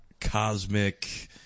cosmic